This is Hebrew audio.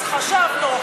אז חשבנו,